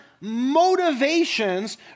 motivations